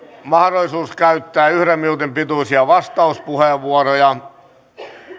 mahdollisuus käyttää yhden minuutin pituisia vastauspuheenvuoroja